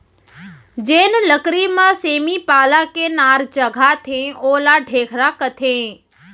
जेन लकरी म सेमी पाला के नार चघाथें ओला ढेखरा कथें